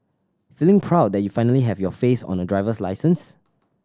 feeling proud that you finally have your face on a driver's license